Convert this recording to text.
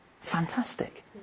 fantastic